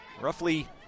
roughly